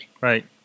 Right